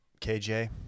KJ